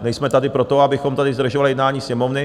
Nejsme tady proto, abychom tady zdržovali jednání Sněmovny.